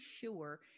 sure